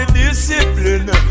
discipline